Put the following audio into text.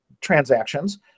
transactions